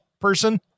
person